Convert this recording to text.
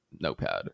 notepad